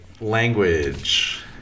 language